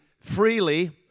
freely